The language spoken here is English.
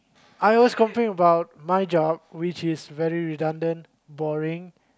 I always complain about my job which is very redundant boring